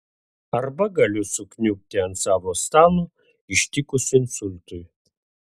arba galiu sukniubti ant savo stalo ištikus insultui